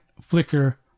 flicker